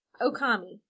Okami